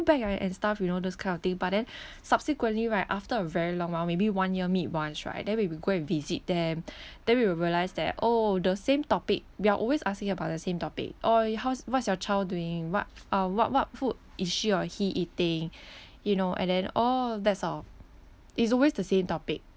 bag ah and stuff you know those kind of thing but then subsequently right after a very long while maybe one year meet once right then when we go and visit them then we will realise that oh the same topic we're always asking about the same topic oh how's what's your child doing what uh what what food is she or he eating you know and then orh that's all it's always the same topic